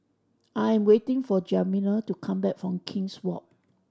I am waiting for Jamila to come back from King's Walk